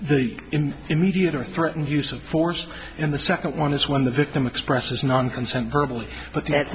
the immediate or threatened use of force and the second one is when the victim expresses non consent verbal but that